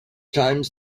times